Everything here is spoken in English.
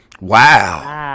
Wow